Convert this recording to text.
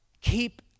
keep